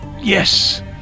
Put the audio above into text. yes